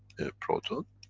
proton.